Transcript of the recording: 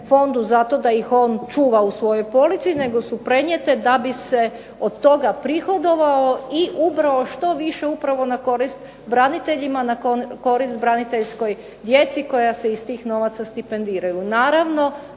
fondu zato da ih on čuva u svojoj polici nego su prenijete da bi se od toga prihodovao i ubrao što više upravo na korist braniteljima, na korist braniteljskoj djeci koja se iz tih novaca stipendiraju.